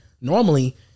Normally